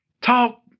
Talk